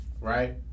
right